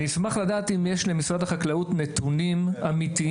אני אשמח לדעת אם למשרד החקלאות יש נתונים אמיתיים